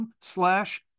slash